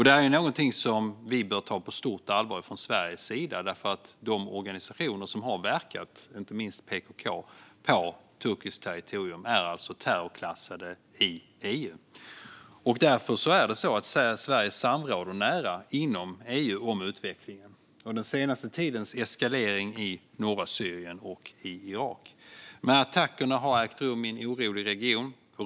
Det är något som vi bör ta på stort allvar från Sveriges sida därför att de organisationer som har verkat på turkiskt territorium, inte minst PKK, är terrorklassade i EU. Därför samråder Sverige nära inom EU om utvecklingen och den senaste tidens eskalering i norra Syrien och i Irak. De här attackerna har ägt rum i en orolig region.